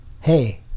hey